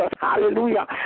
Hallelujah